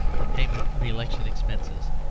the payment of election expenses,